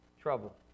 trouble